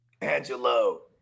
Angelo